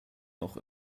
noch